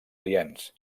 aliens